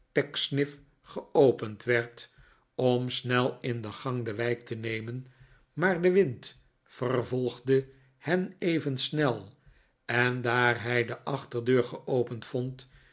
pecksniff geopend werd om snel in de gang de wijk te nemen maar de wind vervolgde hen even snel en daar hij de achterdeur geopend vond